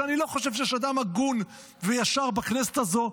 שאני לא חושב שיש אדם הגון וישר בכנסת הזו,